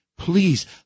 Please